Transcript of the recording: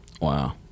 Wow